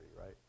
right